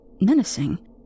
menacing